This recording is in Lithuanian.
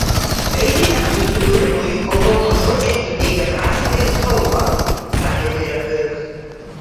eiliniam susibūrimui aldonos žodžiai suteikia prasmę ir spalvą sakė direktorius